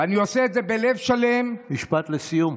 ואני עושה את זה בלב שלם, משפט לסיום.